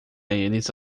eles